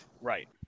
right